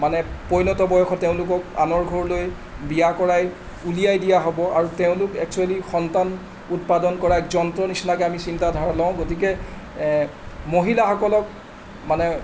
মানে পৈণত বয়সত তেওঁলোকক আনৰ ঘৰলৈ বিয়া কৰাই উলিয়াই দিয়া হ'ব আৰু তেওঁলোক এক্সুৱেলী সন্তান উৎপাদন কৰা যন্ত্ৰ নিচিনাকৈ আমি চিন্তাধাৰা লওঁ গতিকে মহিলাসকলক মানে